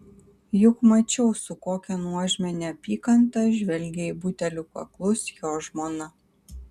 juk mačiau su kokia nuožmia neapykanta žvelgia į butelių kaklus jo žmona